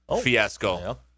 fiasco